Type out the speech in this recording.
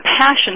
passion